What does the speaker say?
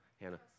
Hannah